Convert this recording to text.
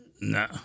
No